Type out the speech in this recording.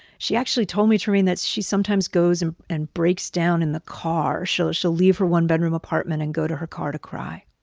she actually told me, trymaine, that she sometimes goes and and breaks down in the car. she'll she'll leave her one-bedroom apartment and go to her car to cry.